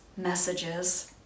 messages